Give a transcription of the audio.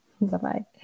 Bye-bye